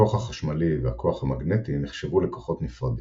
הכוח החשמלי והכוח המגנטי נחשבו לכוחות נפרדים,